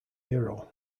hero